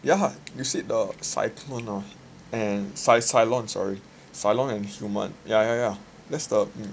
ya [what] you sit the cyclone or and cy~ cy~ cylon sorry cylon and human yeah yeah yeah that's the